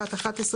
פרט (11),